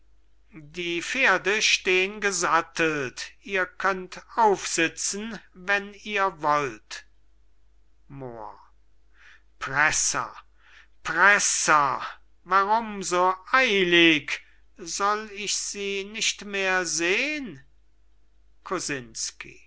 die pferde stehn gesattelt ihr könnt aufsitzen wann ihr wollt moor presser presser warum so eilig soll ich sie nicht mehr sehn kosinsky